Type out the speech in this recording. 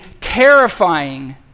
terrifying